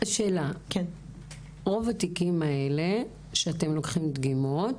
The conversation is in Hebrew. רוב התיקים האלה שאתם לוקחים דגימות